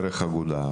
דרך האגודה,